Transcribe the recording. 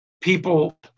people